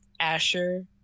asher